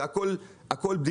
זה הכול בדיחה.